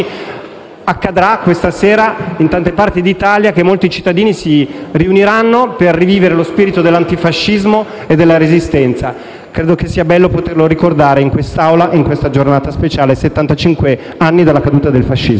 Accadrà questa sera in tante parti d'Italia che molti cittadini si riuniranno per rivivere lo spirito dell'antifascismo e della Resistenza. Credo che sia bello poterlo ricordare in quest'Aula e in questa giornata speciale, a settantacinque anni dalla caduta del fascismo.